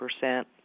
percent